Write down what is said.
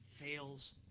fails